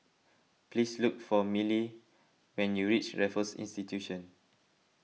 please look for Milly when you reach Raffles Institution